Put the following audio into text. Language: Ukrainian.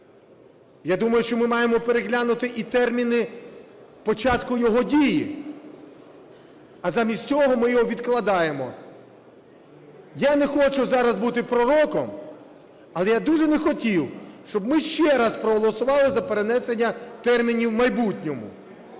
Я думаю, що ми маємо переглянути і терміни початку його дії, а замість цього ми його відкладаємо. Я не хочу зараз бути пророком, але я дуже не хотів, щоб ми ще раз проголосували за перенесення термінів у майбутньому,